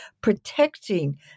protecting